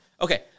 Okay